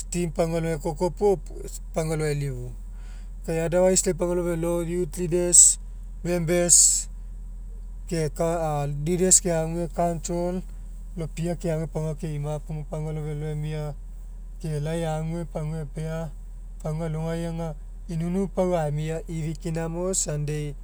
steam pagua alogai ekoko puo pagua alo elifu. Kai otherwise lau eu pagua alo felo youth leaders members ke ka leaders keague council lopia keague pagua alo ke'ima puo pagua alo felo emia ke lai ague pagua epea pagua alogai aga inuinu pau aemia ifi kina mo sunday